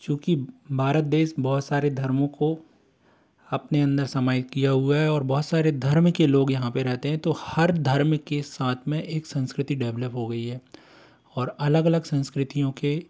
चूंकि भारत देश बहुत सारे धर्मों को अपने अंदर समाए किया हुआ है और बहुत सारे धर्म के लोग यहाँ पर रहते हैं तो हर धर्म के साथ में एक संस्कृति डेवलप हो गई है और अलग अलग संस्कृतियों के